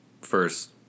first